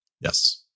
Yes